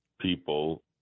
people